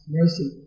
mercy